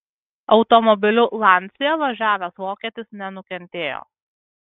automobiliu lancia važiavęs vokietis nenukentėjo